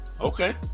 Okay